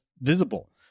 visible